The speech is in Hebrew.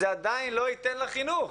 זה עדיין לא ייתן לך חינוך.